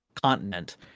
continent